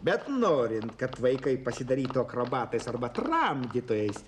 bet norint kad vaikai pasidarytų akrobatais arba tramdytojais